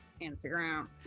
Instagram